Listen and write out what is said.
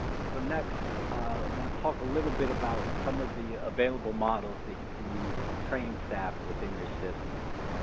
so next, i want to talk a little bit about some of the available models that you can use to train staff within your system.